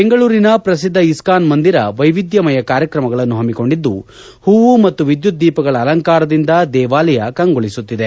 ಬೆಂಗಳೂರನ ಪ್ರಸಿದ್ಧ ಇಸ್ಥಾನ್ ಮಂದಿರ ವೈವಿದ್ಯಮಯ ಕಾರ್ಯಕ್ರಮಗಳನ್ನು ಪಮ್ಮಿಕೊಂಡಿದ್ದು ಪೂ ಮತ್ತು ವಿದ್ಯುತ್ ದೀಪಗಳ ಅಲಂಕಾರದಿಂದ ದೇವಾಲಯ ಕಂಗೊಳಿಸುತ್ತಿದೆ